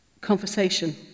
conversation